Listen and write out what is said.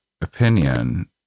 opinion